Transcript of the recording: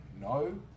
No